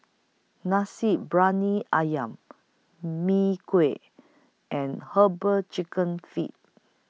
Nasi Briyani Ayam Mee Kuah and Herbal Chicken Feet